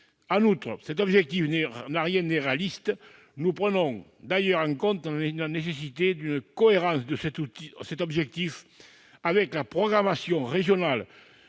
à 2026. Cet objectif n'a rien d'irréaliste. Nous prenons d'ailleurs en compte la nécessité d'une cohérence de cet objectif avec la programmation régionale